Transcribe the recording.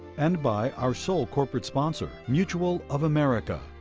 and by our sole corporate sponsor, mutual of america,